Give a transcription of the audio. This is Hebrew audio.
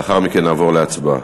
לאחר מכן נעבור להצבעה.